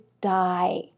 die